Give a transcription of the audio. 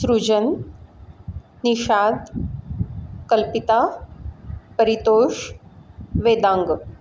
सृजन निषाद कल्पिता परितोष वेदांग